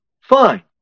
fine